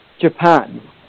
Japan